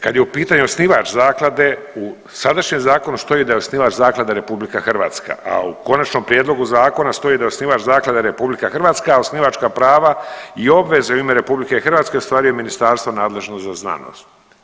Kad je u pitanju osnivač zaklade u sadašnjem zakonu što je… [[Govornik se ne razumije]] zaklada RH, a u konačnom prijedlogu zakona stoji da je osnivač zaklade RH, a osnivačka prava i obveze u ime RH ostvaruje ministarstvo nadležno za znanost.